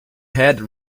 head